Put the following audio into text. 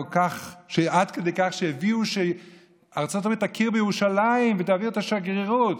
עד כדי כך שהודיעו שארצות הברית תכיר בירושלים ותעביר את השגרירות,